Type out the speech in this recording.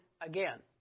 again